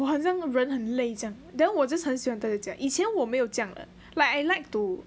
我好像人很累这样 then 我就是很喜欢呆在家我以前没有这样的 like I like to